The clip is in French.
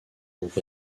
groupes